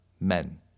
men